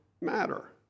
matter